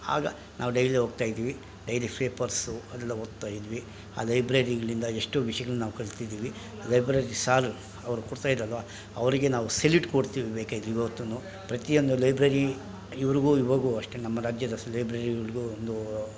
ಆಗ ನಾವು ಡೈಲಿ ಹೋಗ್ತಾಯಿದ್ವಿ ಡೈಲಿ ಪೇಪರ್ಸು ಅದೆಲ್ಲ ಓದ್ತಾಯಿದ್ವಿ ಆ ಲೈಬ್ರರಿಗಳಿಂದ ಎಷ್ಟೋ ವಿಷ್ಯಗಳ್ನ ನಾವು ಕಲ್ತಿದ್ದೀವಿ ಲೈಬ್ರರಿ ಸಾರ್ ಅವರು ಕೊಡ್ತಾಯಿದ್ರಲ್ವಾ ಅವರಿಗೆ ನಾವು ಸೆಲ್ಯೂಟ್ ಕೊಡ್ತೀವಿ ಬೇಕಿದ್ದರೆ ಇವತ್ತೂನು ಪ್ರತಿಯೊಂದು ಲೈಬ್ರರಿ ಇವ್ರಿಗೂ ಇವಾಗೂ ಅಷ್ಟೇ ನಮ್ಮ ರಾಜ್ಯದ ಅಷ್ಟು ಲೈಬ್ರರಿಗಳಿಗೂ ಒಂದು